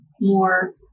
more